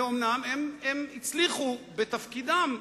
ואומנם הם הצליחו בתפקידם,